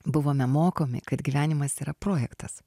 buvome mokomi kad gyvenimas yra projektas